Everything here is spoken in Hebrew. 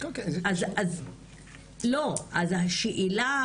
אז השאלה,